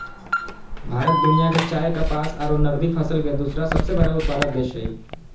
भारत दुनिया के चाय, कपास आरो नगदी फसल के दूसरा सबसे बड़ा उत्पादक देश हई